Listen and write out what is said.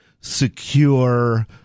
secure